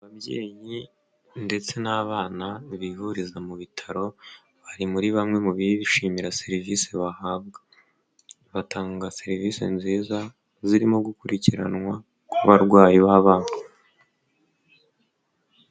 Ababyeyi ndetse n'abana bivuriza mu bitaro bari muri bamwe mu bishimira serivisi bahabwa batanga serivisi nziza zirimo gukurikiranwa ku barwayi b'abana.